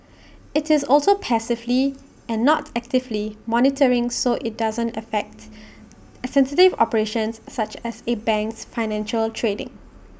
IT is also passively and not actively monitoring so IT doesn't affect sensitive operations such as A bank's financial trading